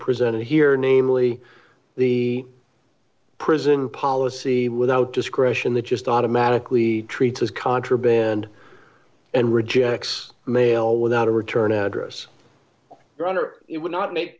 presented here namely the prison policy without discretion that just automatically treats contraband and rejects mail without a return address your honor it would not make